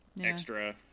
Extra